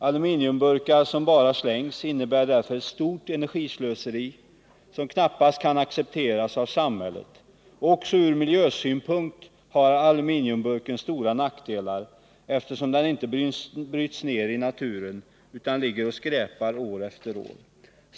Aluminiumburkar som bara slängs innebär därför ett stort energislöseri, som knappast kan accepteras av samhället. Också ur miljösynpunkt har aluminiumburken stora nackdelar, eftersom den inte bryts ned i naturen utan ligger och skräpar år efter år.